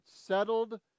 settled